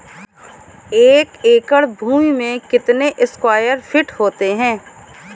एक एकड़ भूमि में कितने स्क्वायर फिट होते हैं?